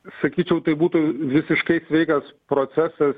sakyčiau tai būtų visiškai sveikas procesas